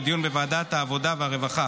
לדיון בוועדת העבודה והרווחה,